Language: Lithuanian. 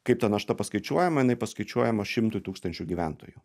kaip ta našta paskaičiuojama jinai paskaičiuojama šimtui tūkstančių gyventojų